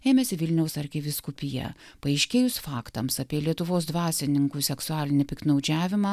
ėmėsi vilniaus arkivyskupija paaiškėjus faktams apie lietuvos dvasininkų seksualinį piktnaudžiavimą